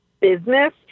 business